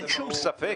אין שום ספק.